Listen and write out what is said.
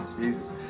Jesus